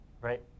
right